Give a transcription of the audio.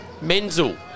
Menzel